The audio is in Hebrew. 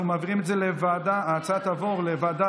לוועדה